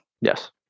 yes